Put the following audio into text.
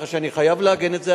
ככה שאני חייב להגן על זה.